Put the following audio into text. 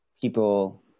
people